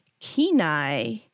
Kenai